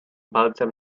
palcem